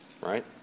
Right